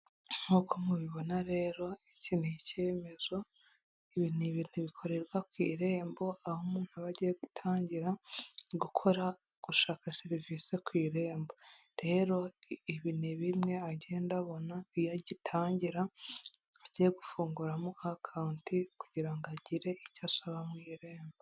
Nkuko mubibona rero iki ni icyemezo ibi ni ibintu bikorerwa ku irembo aho umuntu aba agiye gutangira gukora gushaka serivisi ku irembo, rero ibintu bimwe agenda abona iyo agitangira agiye gufunguramo akawunti kugira ngo agire icyo asaba mu irembo.